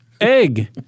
Egg